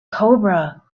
cobra